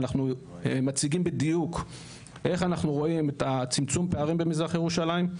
ואנחנו מציגים בדיוק איך אנחנו רואים את צמצום הפערים במזרח ירושלים.